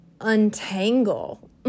untangle